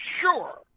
sure